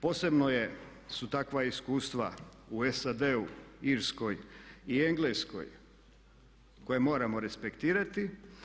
Posebno je, su takva iskustva u SAD-u, Irskoj i Engleskoj koje moramo respektirati.